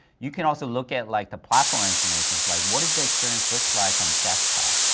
you can also look at like the platform information, like what is the experience looks like on desktop,